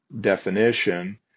definition